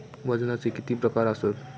वजनाचे किती प्रकार आसत?